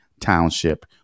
Township